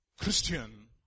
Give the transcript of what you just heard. Christian